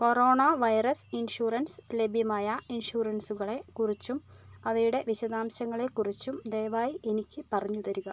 corona virus insurance ലഭ്യമായ ഇൻഷുറൻസുകളെ കുറിച്ചും അവയുടെ വിശദാംശങ്ങളെ കുറിച്ചും ദയവായി എനിക്ക് പറഞ്ഞുതരിക